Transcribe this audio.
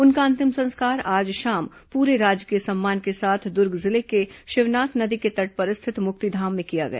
उनका अंतिम संस्कार आज शाम पूरे राजकीय सम्मान के साथ दर्ग जिले के शिवनाथ नदी के तट पर स्थित मुक्तिधाम में किया गया